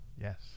Yes